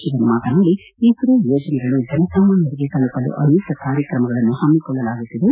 ಶಿವನ್ ಮಾತನಾಡಿ ಇಸೋ ಯೋಜನೆಗಳು ಜನಸಾಮಾನ್ಯರಿಗೆ ತಲುಪಲು ಅನೇಕ ಕಾರ್ಯತ್ರಮಗಳನ್ನು ಹಮ್ಹೊಳ್ಳಲಾಗುತ್ತಿದೆ